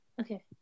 okay